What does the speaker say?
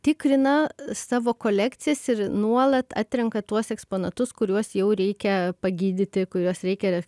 tikrina savo kolekcijas ir nuolat atrenka tuos eksponatus kuriuos jau reikia pagydyti kuriuos reikia